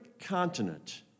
continent